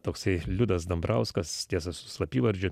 toksai liudas dambrauskas tiesa slapyvardžiu